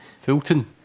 Fulton